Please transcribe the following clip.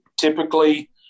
Typically